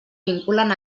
vinculen